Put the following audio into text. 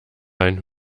ein